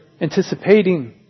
anticipating